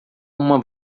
uma